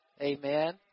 amen